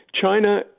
China